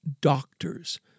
doctors